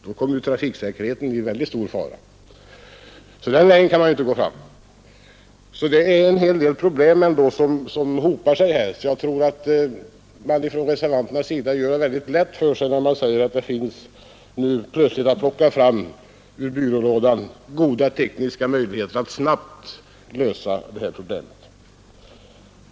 Där kommer trafiksäkerheten i stor fara, varför man inte kan gå fram enligt den linjen. Därför tror jag att reservanterna gör det lätt för sig när de nu helt plötsligt tror sig kunna plocka fram ur byrålådan goda tekniska möjligheter att snabbt lösa bullerproblemet.